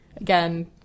again